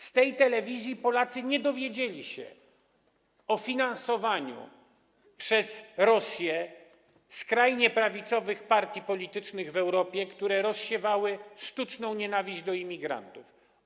Z tej telewizji Polacy nie dowiedzieli się o finansowaniu przez Rosję skrajnie prawicowych partii politycznych w Europie, które rozsiewały sztuczną nienawiść do imigrantów.